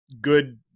good